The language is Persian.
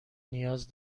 نیاز